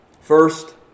First